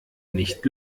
nicht